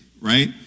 right